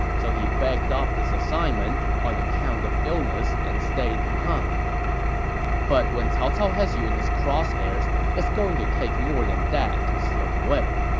so he begged off the assignment on account of illness and stayed behind but when cao cao has you in his crosshairs, it's going to take more than that to slip away.